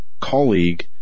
colleague